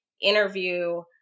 interview